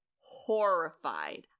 horrified